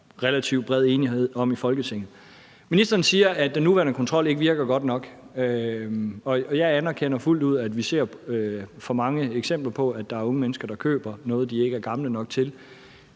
relativt bred enighed om i Folketinget. Ministeren siger, at den nuværende kontrol ikke virker godt nok, og jeg anerkender fuldt ud, at vi ser for mange eksempler på, at der er unge mennesker, der køber noget, de ikke er gamle nok til.